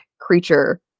creature